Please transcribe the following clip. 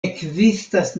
ekzistas